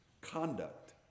conduct